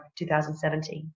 2017